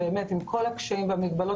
עם כל הקשיים והמגבלות,